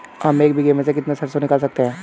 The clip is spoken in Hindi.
हम एक बीघे में से कितनी सरसों निकाल सकते हैं?